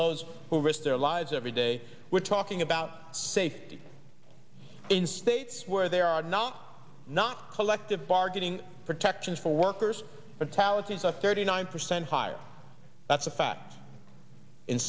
those who risk their lives every day we're talking about safety in states where there are not not collective bargaining protections for workers but palaces are thirty nine percent higher that's a fact in